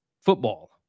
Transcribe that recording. football